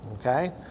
okay